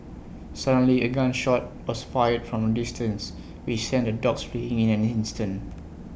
suddenly A gun shot was fired from A distance which sent the dogs fleeing in an instant